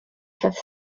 have